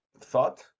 thought